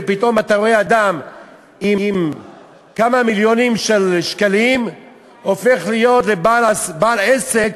ופתאום אתה רואה אדם עם כמה מיליונים של שקלים הופך להיות לבעל עסק,